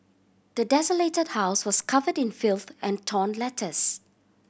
the desolated house was covered in filth and torn letters